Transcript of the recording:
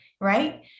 right